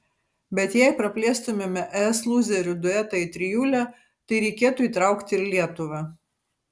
bet jei praplėstumėme es lūzerių duetą į trijulę tai reikėtų įtraukti ir lietuvą